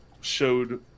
showed